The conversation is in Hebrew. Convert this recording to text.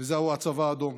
וזהו הצבא האדום.